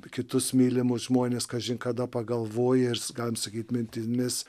kitus mylimus žmones kažin kada pagalvoji ir galim sakyt mintimis